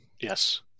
Yes